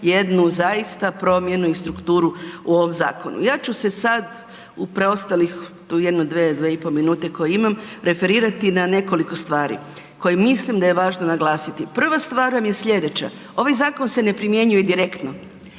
jednu zaista promjenu i strukturu u ovom zakonu. Ja ću se sad u preostalih tu jedno 2, 2,5 minute koje imam referirati na nekoliko stvari koje mislim da je važno naglasiti. Prva stvar nam je slijedeća ovaj zakon se ne primjenjuje direktno,